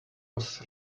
was